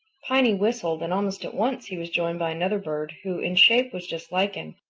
piny whistled, and almost at once he was joined by another bird who in shape was just like him,